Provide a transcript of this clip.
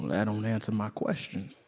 that don't answer my question,